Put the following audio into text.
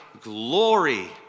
glory